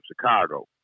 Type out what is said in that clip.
Chicago